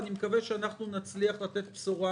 אני מקווה שאנחנו נצליח לתת בשורה,